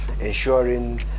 Ensuring